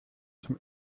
zum